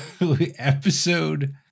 episode